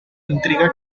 intriga